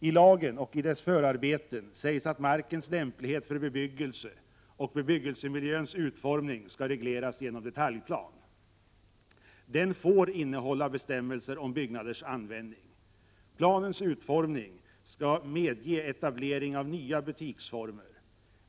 I lagen och dess förarbeten sägs att markens lämplighet för bebyggelse och bebyggelsmiljöns utformning skall regleras genom detaljplan. Den får innehålla bestämmelser om byggnaders användning. Planens utformning skall medge etablering av nya butiksformer.